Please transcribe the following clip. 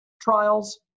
trials